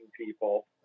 people